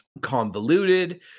convoluted